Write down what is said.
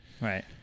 Right